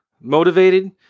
motivated